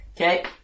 Okay